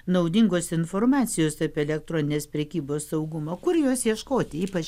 naudingos informacijos apie elektroninės prekybos saugumą o kur juos ieškoti ypač